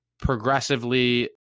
progressively